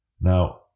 Now